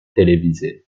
télévisées